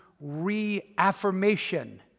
reaffirmation